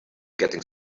getting